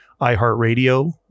iHeartRadio